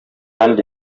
andy